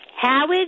Howard